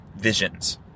visions